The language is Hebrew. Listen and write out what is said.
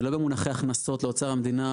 זה לא במונחי הכנסות לאוצר המדינה,